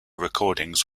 recordings